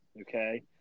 okay